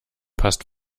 passt